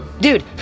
Dude